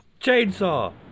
chainsaw